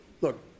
look